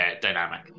dynamic